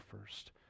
first